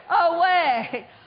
away